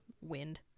wind